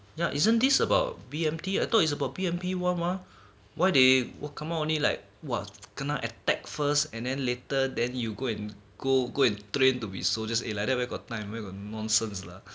ya isn't this about B_M_T I thought is about B_M_T one mah why they will come out only like !wah! cannot attack first and then later then you go and go and train to be soldiers eh like that where got time where got nonsense lah